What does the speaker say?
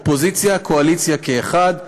אופוזיציה וקואליציה כאחת,